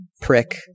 prick